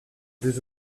deux